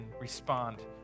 respond